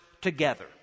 together